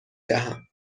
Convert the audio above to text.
دهم